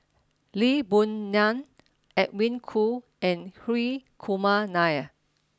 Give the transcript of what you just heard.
Lee Boon Ngan Edwin Koo and Hri Kumar Nair